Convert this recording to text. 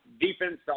defense